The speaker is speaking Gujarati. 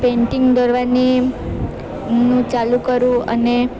પેઈન્ટિંગ દોરવાની નું ચાલુ કરું અને